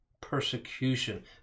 persecution